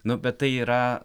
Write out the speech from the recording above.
nu bet tai yra